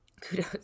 Kudos